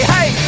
Hey